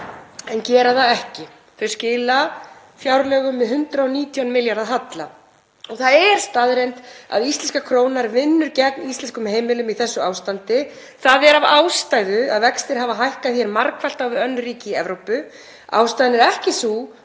en gera það ekki. Þau skila fjárlögum með 119 milljarða halla. Það er staðreynd að íslenska krónan vinnur gegn íslenskum heimilum í þessu ástandi. Það er af ástæðu að vextir hafa hækkað margfalt á við önnur ríki í Evrópu. Ástæðan er ekki sú